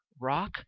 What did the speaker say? Rock